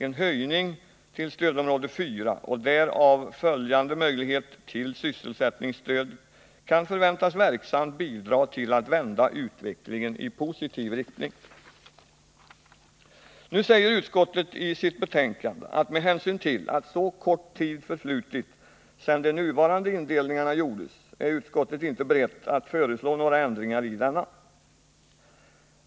En höjning till stödområde 4 och därav följande möjlighet till sysselsättningsstöd kan förväntas verksamt bidra till att vända utvecklingen i positiv riktning. Nu säger utskottet i sitt betänkande att med hänsyn till att så kort tid förflutit sedan de nuvarande indelningarna gjordes är utskottet inte berett att föreslå några ändringar av dem.